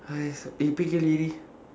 !hais! ready